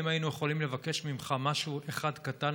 אם היינו יכולים לבקש ממך משהו אחד קטן